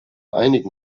einigen